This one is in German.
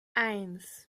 eins